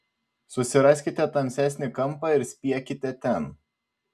susiraskite tamsesnį kampą ir spiekite ten